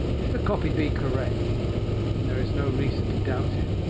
if the copy be correct, and there is no reason to doubt it,